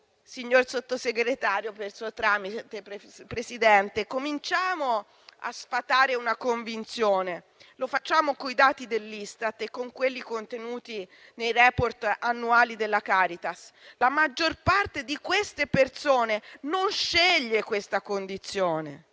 signor Sottosegretario, per suo tramite, signora Presidente, cominciamo a sfatare una convinzione e lo facciamo coi dati dell'Istat e con quelli contenuti nei *report* annuali della Caritas: la maggior parte di queste persone non sceglie questa condizione,